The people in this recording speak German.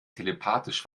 telepathisch